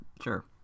sure